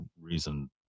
reason